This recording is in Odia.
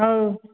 ହଉ